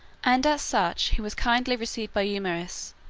and as such he was kindly received by eumaeus,